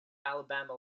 alabama